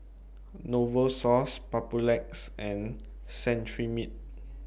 Novosource Papulex and Cetrimide